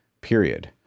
period